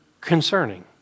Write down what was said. concerning